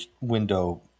window